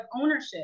ownership